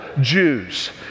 Jews